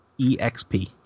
exp